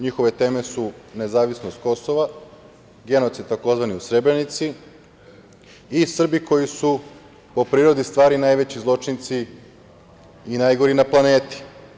Njihove teme su nezavisnost Kosova, genocid tzv. u Srebrenici i Srbi koji su po prirodi stvari najveći zločinci i najgori na planeti.